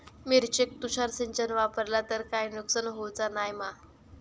मिरचेक तुषार सिंचन वापरला तर काय नुकसान होऊचा नाय मा?